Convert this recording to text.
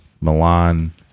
Milan